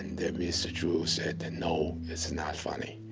and then mr. zhu said, and no, it's not funny.